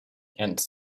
and